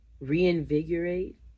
reinvigorate